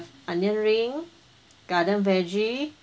onion ring garden veggie